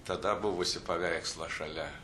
tada buvusį paveikslą šalia